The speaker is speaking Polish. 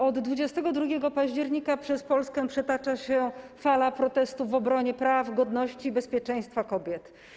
Od 22 października przez Polskę przetacza się fala protestów w obronie praw, godności i bezpieczeństwa kobiet.